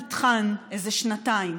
נטחן איזה שנתיים.